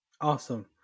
Awesome